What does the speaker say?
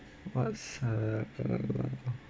what's uh